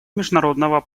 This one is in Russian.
международного